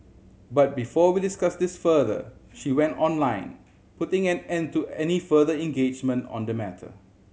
but before we discuss this further she went online putting an end to any further engagement on the matter